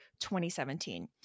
2017